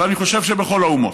ואני חושב שבכל האומות.